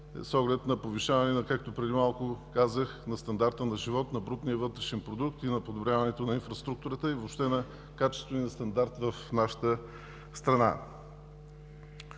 преди малко казах, на стандарта на живот, на брутния вътрешен продукт и на подобряването на инфраструктурата и въобще на качествения стандарт в нашата страна.